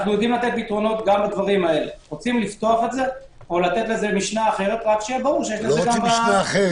רוצים לפתוח את זה או לתת לזה משנה אחרת- - לא רוצים משנה אחרת.